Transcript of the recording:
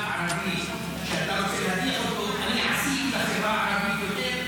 ערבי שאתה רוצה להדיח אותו: אני עשיתי לחברה הערבית יותר.